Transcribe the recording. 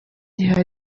gihe